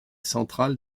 central